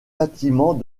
bâtiment